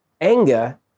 anger